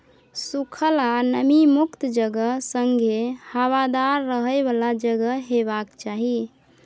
सुखल आ नमी मुक्त जगह संगे हबादार रहय बला जगह हेबाक चाही